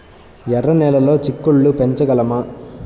ఎర్ర నెలలో చిక్కుళ్ళు పెంచగలమా?